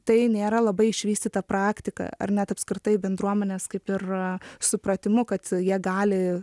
tai nėra labai išvystyta praktika ar net apskritai bendruomenės kaip ir supratimu kad jie gali